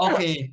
Okay